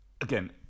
Again